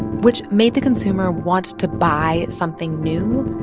which made the consumer want to buy something new,